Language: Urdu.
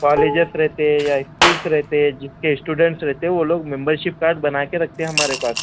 کالجیز رہتے ہے یا اسکولس رہتے جس کے اسٹوڈینٹس رہتے وہ لوگ ممبر شپ کارڈ بنا کے رکھتے ہمارے پاس